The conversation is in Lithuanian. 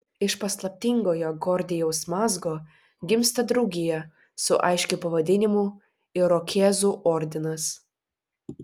iš paslaptingojo gordijaus mazgo gimsta draugija su aiškiu pavadinimu irokėzų ordinas